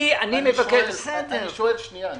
אני שואל,